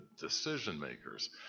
decision-makers